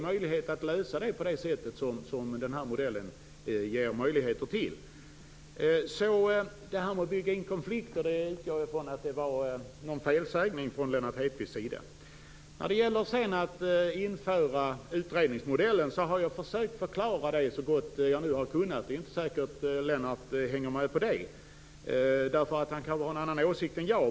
Då tycker jag att den skall lösas på det sätt som denna modell anger. Jag utgår ifrån att detta med att bygga in konflikter bara var en felsägning av Lennart Hedquist. När det gäller att införa utredningsmodellen har jag försökt att förklara detta så gott jag har kunnat. Det är inte säkert att Lennart Hedquist hänger med på detta. Han har kanske en annan åsikt.